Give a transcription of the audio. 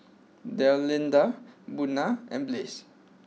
Delinda Buna and Blaze